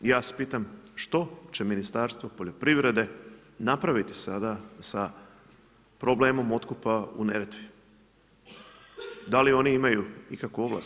Ja se pitam što će Ministarstvo poljoprivrede, napraviti sada sa problemom otkupa u Neretvi, da li oni imaju ikakvu ovlast?